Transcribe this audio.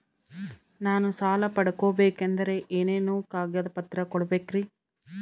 ನಾನು ಸಾಲ ಪಡಕೋಬೇಕಂದರೆ ಏನೇನು ಕಾಗದ ಪತ್ರ ಕೋಡಬೇಕ್ರಿ?